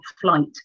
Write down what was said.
flight